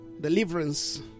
deliverance